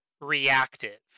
reactive